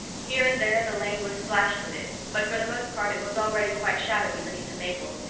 here and there the lane was splashed with it, but for the most part it was already quite shadowy beneath the maples,